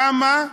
כמה,